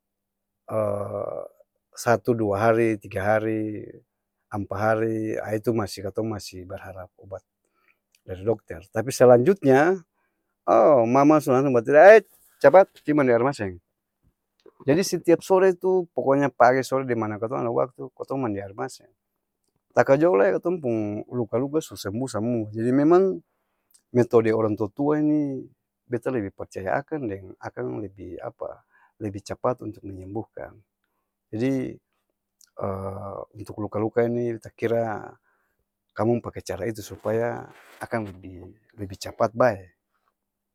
satu-dua hari tiga hari, ampa hari, aa itu masi katong masi berharap obat dari dokter, tapi selanjutnya o' mama su langsung batarea aet capat pi mandi aer maseng! Jadi setiap sore itu poko nya page sore dimana katong ada waktu kotong mandi aer maseng, takajo lae katong pung luka-luka su sembuh samua jadi memang, metode orang tua-tua ni, beta lebe parcaya akang deng akang lebi apa? lebi capat untuk menyembuhkan jadi, untuk luka-luka ini beta kira kamong pake cara itu supaya akang lebi lebi-capat bae.